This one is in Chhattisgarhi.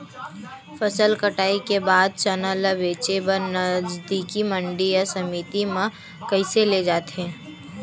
फसल कटाई के बाद चना ला बेचे बर नजदीकी मंडी या समिति मा कइसे ले जाथे?